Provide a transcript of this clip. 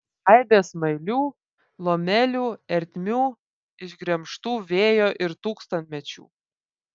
aibė smailių lomelių ertmių išgremžtų vėjo ir tūkstantmečių